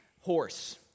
Horse